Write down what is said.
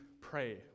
Pray